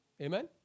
amen